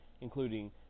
including